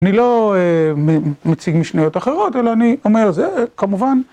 אני לא מציג משניות אחרות, אלא אני אומר, זה כמובן...